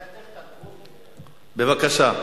בבקשה.